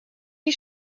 die